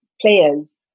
players